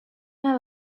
their